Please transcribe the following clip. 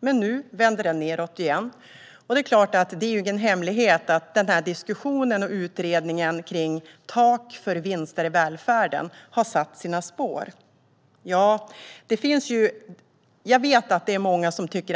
Men nu vänder den nedåt igen. Det är ingen hemlighet att diskussionen och utredningen om ett tak för vinster i välfärden har satt sina spår. Många tycker